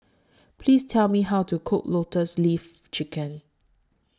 Please Tell Me How to Cook Lotus Leaf Chicken